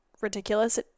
ridiculous